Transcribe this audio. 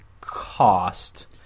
cost